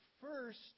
first